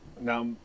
Now